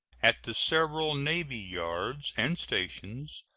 at the several navy-yards and stations,